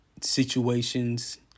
situations